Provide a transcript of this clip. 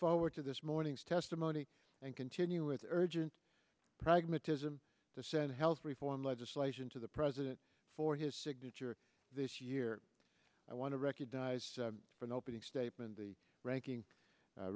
forward to this morning's testimony and continue with urgent pragmatism the senate health reform legislation to the president for his signature this year i want to recognize in opening statement the ranking